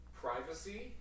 privacy